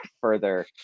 further